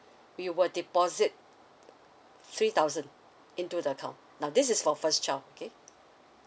we will deposit three thousand into the account now this is for first child okay